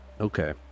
Okay